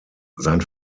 sein